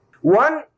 One